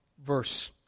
Verse